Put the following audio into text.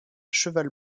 cheval